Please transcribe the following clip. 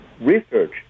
research